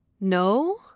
No